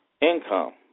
Income